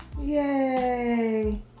Yay